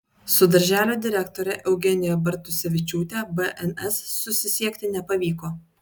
su darželio direktore eugenija bartusevičiūtė bns susisiekti nepavyko